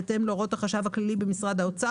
בהתאם להוראות החשב הכללי במשרד האוצר